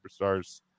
superstars